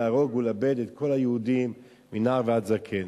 להרוג ולאבד את כל היהודים מנער ועד זקן,